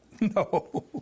No